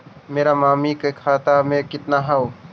मेरा मामी के खाता में कितना हूउ?